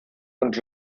und